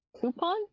Coupon